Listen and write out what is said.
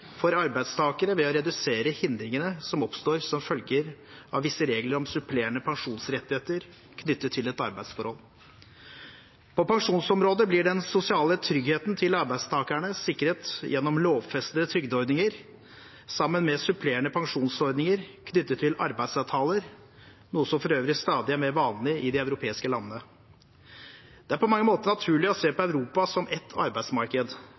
for arbeidstakere ved å redusere hindringene som oppstår som følge av visse regler om supplerende pensjonsrettigheter knyttet til et arbeidsforhold. På pensjonsområdet blir den sosiale tryggheten til arbeidstakerne sikret gjennom lovfestede trygdeordninger sammen med supplerende pensjonsordninger knyttet til arbeidsavtaler, noe som for øvrig stadig er mer vanlig i de europeiske landene. Det er på mange måter naturlig å se på Europa som ett arbeidsmarked